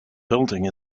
building